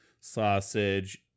sausage